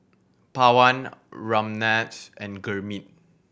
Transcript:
Pawan Ramnath and Gurmeet